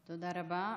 תודה רבה.